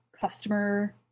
customer